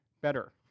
better